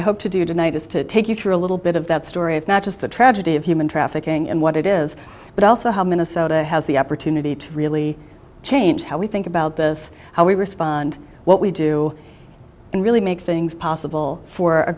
i hope to do tonight is to take you through a little bit of that story of not just the tragedy of human trafficking and what it is but also how minnesota has the opportunity to really change how we think about this how we respond what we do and really make things possible for a